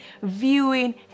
viewing